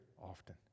often